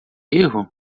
erro